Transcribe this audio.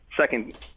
second